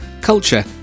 culture